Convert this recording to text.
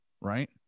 right